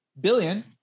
Billion